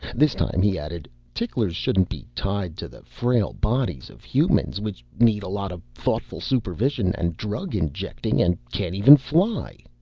this time he added, ticklers shouldn't be tied to the frail bodies of humans, which need a lot of thoughtful supervision and drug-injecting and can't even fly.